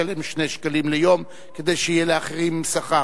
לשלם 2 שקלים ליום כדי שיהיה לאחרים שכר,